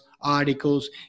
articles